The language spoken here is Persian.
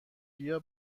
بیا